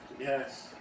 Yes